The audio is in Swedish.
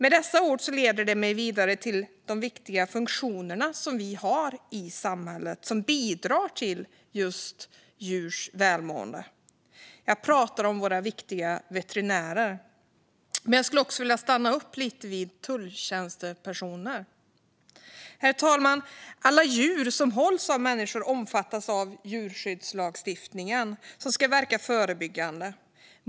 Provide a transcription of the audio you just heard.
Dessa ord leder mig vidare till de viktiga funktioner i samhället som bidrar till djurs välmående. Jag pratar om våra viktiga veterinärer, men jag skulle också vilja stanna upp vid tulltjänstepersoner. Herr talman! Alla djur som hålls av människor omfattas av djurskyddslagstiftningen, som ska verka förebyggande.